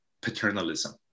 paternalism